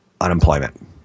unemployment